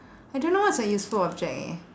I don't know what's a useful object eh